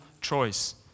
choice